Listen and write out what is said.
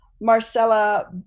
Marcella